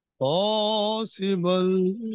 possible